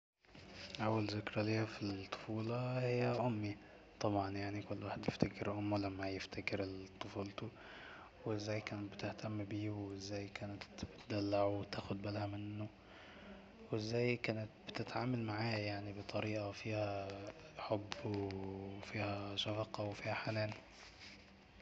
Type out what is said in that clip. اول ذكرى ليا في الطفولة هي أمي طبعا يعني كل واحد بيفتكر أمه لما يفتكر ال طفولته وازاي كانت بتهتم بيه وازاي كانت بتدلعه وتاخد بالها منه وازاي كانت بتتعامل معاه يعني بطريقة فيها حب وفيها شفقة وفيها حنان